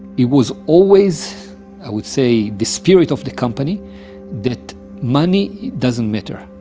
it was always i would say the spirit of the company that money doesn't matter.